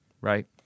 right